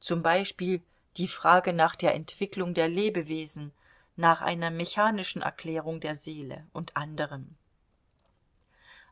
zum beispiel die fragen nach der entwicklung der lebewesen nach einer mechanischen erklärung der seele und anderem